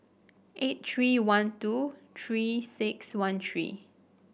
eight three one two Three six one three